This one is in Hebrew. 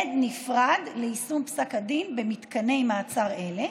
מועד נפרד ליישום פסק הדין במתקני מעצר אלה,